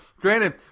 granted